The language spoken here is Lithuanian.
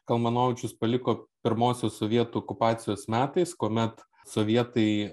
kalmanovičius paliko pirmosios sovietų okupacijos metais kuomet sovietai